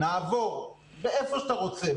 נעבור איפה אתה רוצה,